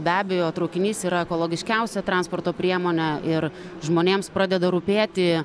be abejo traukinys yra ekologiškiausia transporto priemone ir žmonėms pradeda rūpėti